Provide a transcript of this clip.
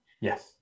Yes